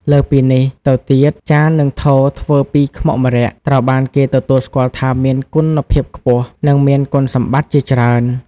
លើសពីនេះ ទៅទៀត ចាន និងថូធ្វើពីខ្មុកម្រ័ក្សណ៍ ត្រូវបានគេទទួលស្គាល់ថាមានគុណភាពខ្ពស់ និងមានគុណសម្បត្តិជាច្រើន។